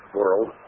world